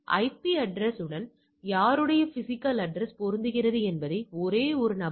எனவே இது உங்கள் ஆனது 0 மற்றும் 5 க்கு இடையில் இருக்கும் நிகழ்தகவை வழங்குகிறது உங்களுக்கு புரிகிறதா